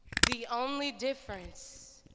the only difference,